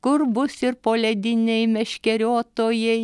kur bus ir polediniai meškeriotojai